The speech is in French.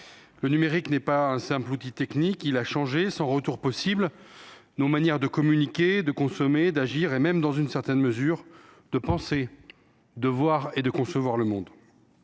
Le numérique n’est pas un simple outil technique : il a changé, sans retour possible, nos manières de communiquer, de consommer, d’agir, et même, dans une certaine mesure, de penser et de concevoir le monde.